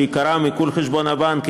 שעיקרם עיקול חשבון הבנק,